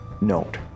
note